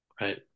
right